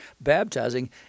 baptizing